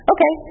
Okay